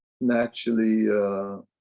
naturally